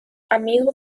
amigo